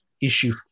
issue